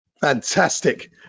fantastic